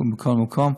בכל מקום.